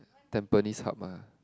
tampines Hub ah